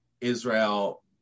Israel